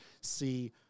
see